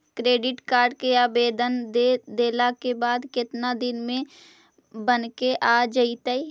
Credit card के आवेदन दे देला के बाद केतना दिन में बनके आ जइतै?